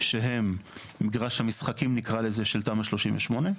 שהן במגרש המשחקים של תמ"א 38,